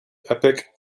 epic